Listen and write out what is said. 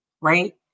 Right